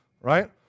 right